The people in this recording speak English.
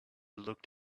looked